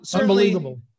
unbelievable